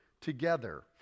together